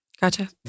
Gotcha